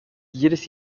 jedes